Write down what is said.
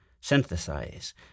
synthesize